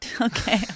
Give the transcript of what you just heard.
Okay